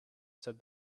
said